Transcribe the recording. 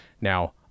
Now